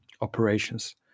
operations